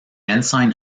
ensign